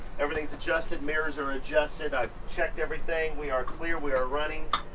everything's adjusted, mirrors are adjusted, i've checked everything. we are clear, we are running,